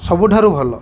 ସବୁଠାରୁ ଭଲ